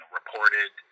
reported